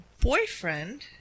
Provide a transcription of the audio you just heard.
Boyfriend